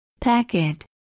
packet